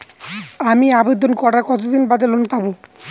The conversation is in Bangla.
আমি আবেদন করার কতদিন বাদে লোন পাব?